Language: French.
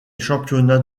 championnats